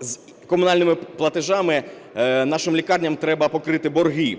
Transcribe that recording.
з комунальними платежами нашим лікарням треба покрити борги.